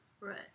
Right